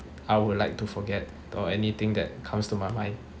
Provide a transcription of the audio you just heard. I would like to forget or anything that comes to my mind